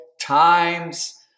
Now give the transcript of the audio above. times